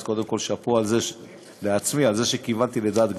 אז קודם כול שאפו לעצמי על זה שכיוונתי לדעת גדולים,